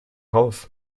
raus